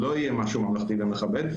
לא יהיה משהו ממלכתי ומכבד?